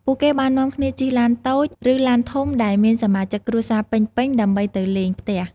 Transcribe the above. ពួកគេបាននាំគ្នាជិះឡានតូច ឬឡានធំដែលមានសមាជិកគ្រួសារពេញៗ ដើម្បីទៅលេងផ្ទះ។